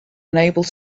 unable